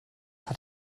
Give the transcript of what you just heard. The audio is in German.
hat